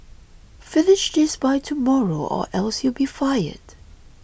finish this by tomorrow or else you'll be fired